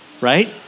Right